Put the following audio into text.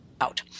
out